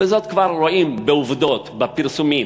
זאת כבר רואים בעובדות, בפרסומים,